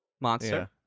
monster